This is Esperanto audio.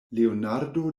leonardo